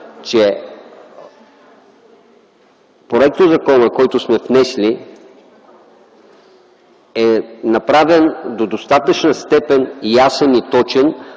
че законопроектът, който сме внесли, е направен в достатъчна степен ясен и точен,